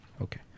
Okay